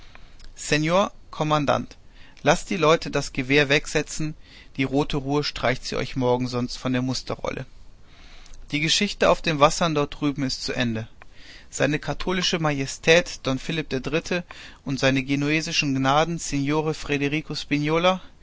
laßt die leute das gewehr wegsetzen die rote ruhr streicht sie euch morgen sonst von der musterrolle die geschichte auf den wassern dort drüben ist zu ende seine katholische majestät don philipp der dritte und seine genuesischen